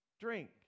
drink